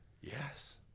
yes